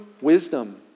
wisdom